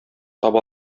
таба